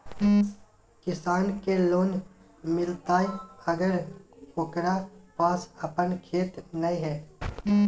किसान के लोन मिलताय अगर ओकरा पास अपन खेत नय है?